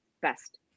best